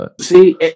See